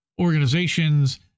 organizations